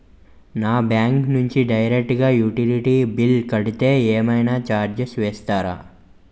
నా బ్యాంక్ నుంచి డైరెక్ట్ గా యుటిలిటీ బిల్ కడితే ఏమైనా చార్జెస్ వేస్తారా?